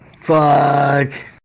Fuck